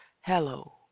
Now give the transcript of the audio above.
Hello